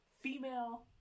female